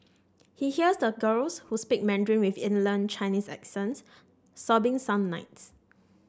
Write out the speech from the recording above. he hears the girls who speak Mandarin with inland Chinese accents sobbing some nights